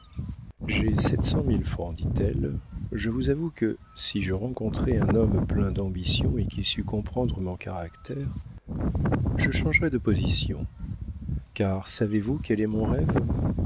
sept cent mille francs dit-elle je vous avoue que si je rencontrais un homme plein d'ambition et qui sût comprendre mon caractère je changerais de position car savez-vous quel est mon rêve